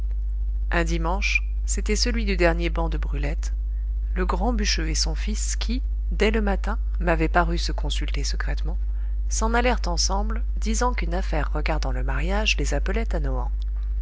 un dimanche c'était celui du dernier ban de brulette le grand bûcheux et son fils qui dès le matin m'avaient paru se consulter secrètement s'en allèrent ensemble disant qu'une affaire regardant le mariage les appelait à nohant